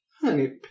Honey